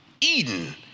Eden